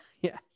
yes